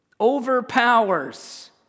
overpowers